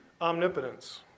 Omnipotence